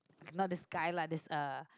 not this guy lah this uh